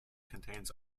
contains